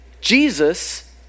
Jesus